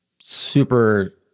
Super